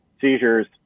seizures